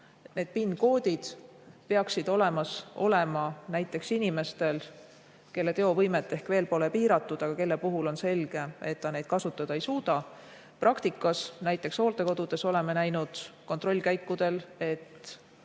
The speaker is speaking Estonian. need PIN‑koodid peaksid olemas olema ka näiteks inimestel, kelle teovõimet ehk veel pole piiratud, aga kelle puhul on selge, et ta neid kasutada ei suuda. Praktikas oleme näiteks hooldekodudes kontrollkäikudel